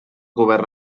govern